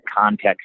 context